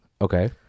okay